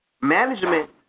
Management